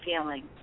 feeling